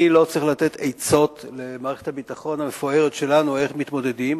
אני לא צריך לתת עצות למערכת הביטחון המפוארת שלנו איך מתמודדים,